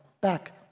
back